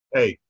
Hey